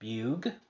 Bug